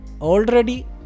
Already